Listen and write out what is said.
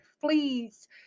fleas